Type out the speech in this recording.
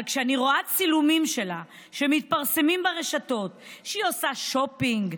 אבל כשאני רואה צילומים שלה שמתפרסמים ברשתות שהיא עושה שופינג,